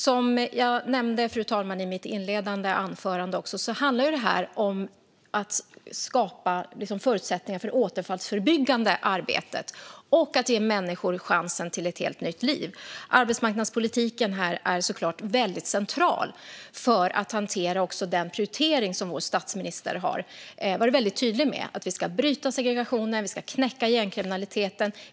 Som jag nämnde i mitt inledande anförande handlar det om att skapa förutsättningar för det återfallsförebyggande arbetet och att ge människor chansen till ett helt nytt liv. Arbetsmarknadspolitiken är här såklart väldigt central för att hantera den prioritering som vår statsminister varit väldigt tydlig med. Vi ska bryta segregationen och knäcka gängkriminaliteten.